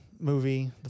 Movie